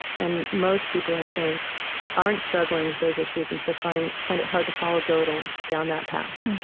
and most people i think aren't struggling with those issues and so find find it hard to follow godel down that path.